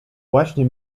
właśnie